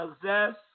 possess